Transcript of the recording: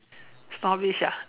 stories ah